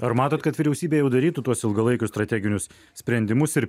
ar matot kad vyriausybė jau darytų tuos ilgalaikius strateginius sprendimus ir